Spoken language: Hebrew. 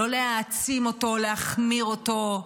כל הכבוד, כל הכבוד.